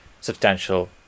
substantial